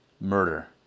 Murder